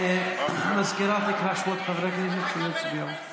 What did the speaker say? תקרא את שמות חברי הכנסת שלא הצביעו.